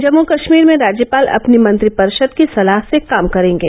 जम्मू कश्मीर में राज्यपाल अपनी मंत्रिपरिषद की सलाह से काम करेंगे